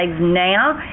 now